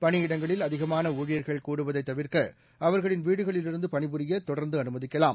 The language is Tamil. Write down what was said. பணியிடங்களில் அதிகமான ஊழியர்கள் கூடுவதை தவிர்க்க அவர்கள் வீடுகளில் இருந்து பணிபுரிய தொடர்ந்து அனுமதிக்கலாம்